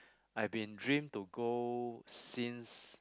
I've been dream to go since